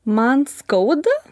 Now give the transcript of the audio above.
man skauda